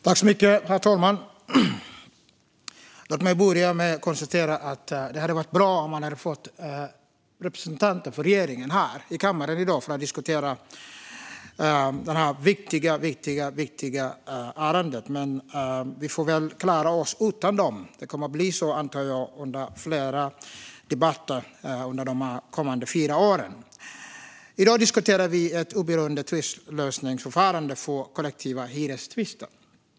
Herr talman! Låt mig börja med att konstatera att det hade varit bra om vi hade haft representanter för regeringen här i kammaren i dag för att diskutera detta viktiga, viktiga ärende. Men vi får väl klara oss utan dem. Det kommer att bli så, antar jag, under fler debatter de kommande fyra åren. I dag diskuterar vi ett oberoende tvistlösningsförfarande för kollektiva hyrestvister.